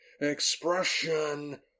expression